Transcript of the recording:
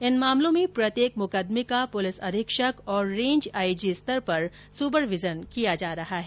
इन मामलों में प्रत्येक मुकदमे का पुलिस अधीक्षक और रेंज आईजी स्तर पर सुपरविजन किया जा रहा है